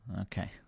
Okay